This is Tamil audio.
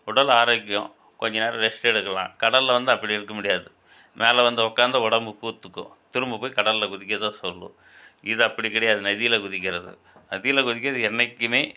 உடல் ஆரோக்கியம் கொஞ்ச நேரம் ரெஸ்ட்டு எடுக்கலாம் கடலில் வந்து அப்படி எடுக்க முடியாது மேலே வந்து உட்காந்தா உடம்பு பூத்துக்கும் திரும்ப போய் கடலில் குதிக்கதான் சொல்லும் இது அப்படி கிடையாது நதியில் குதிக்கிறது நதியில் குதிக்கிறது என்றைக்குமே